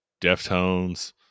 Deftones